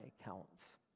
accounts